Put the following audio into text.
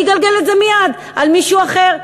אני אגלגל את זה מייד על מישהו אחר.